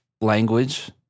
language